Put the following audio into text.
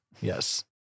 yes